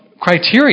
criteria